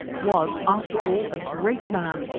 was, after all, a great man,